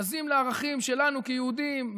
בזים לערכים שלנו כיהודים,